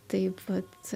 taip vat